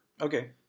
Okay